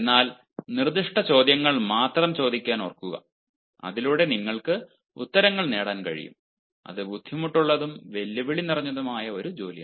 എന്നാൽ നിർദ്ദിഷ്ട ചോദ്യങ്ങൾ മാത്രം ചോദിക്കാൻ ഓർക്കുക അതിലൂടെ നിങ്ങൾക്ക് ഉത്തരങ്ങൾ നേടാൻ കഴിയും അത് ബുദ്ധിമുട്ടുള്ളതും വെല്ലുവിളി നിറഞ്ഞതുമായ ഒരു ജോലിയാണ്